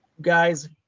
guys